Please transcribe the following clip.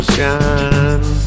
shine